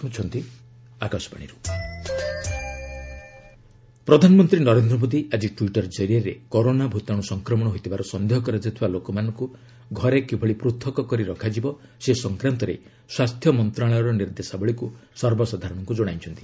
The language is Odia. ପିଏମ୍ ହେଲ୍ଥ କ୍ୱାରାଣ୍ଟାଇନ୍ ପ୍ରଧାନମନ୍ତ୍ରୀ ନରେନ୍ଦ୍ର ମୋଦି ଆଜି ଟ୍ୱିଟର୍ ଜରିଆରେ କରୋନା ଭୂତାଣୁ ସଂକ୍ରମଣ ହୋଇଥିବାର ସନ୍ଦେହ କରାଯାଉଥିବା ଲୋକମାନଙ୍କୁ ଘରେ କିଭଳି ପୃଥକ୍ କରି ରଖାଯିବ ସେ ସଂକ୍ରାନ୍ତରେ ସ୍ୱାସ୍ଥ୍ୟ ମନ୍ତ୍ରଣାଳୟର ନିର୍ଦ୍ଦେଶାବଳୀକୁ ସର୍ବସାଧାରଣଙ୍କୁ ଜଣାଇଛନ୍ତି